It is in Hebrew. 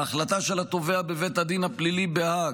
ההחלטה של התובע בבית הדין הפלילי בהאג,